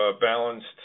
balanced